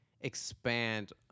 expand